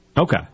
Okay